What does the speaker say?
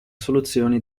soluzioni